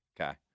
Okay